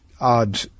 odd